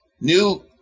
new